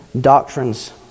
doctrines